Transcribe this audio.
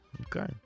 Okay